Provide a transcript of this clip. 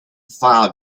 file